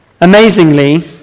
amazingly